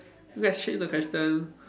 let's trade the question